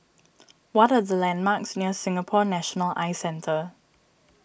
what are the landmarks near Singapore National Eye Centre